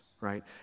right